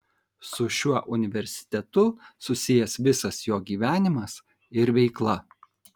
su šiuo universitetu susijęs visas jo gyvenimas ir veikla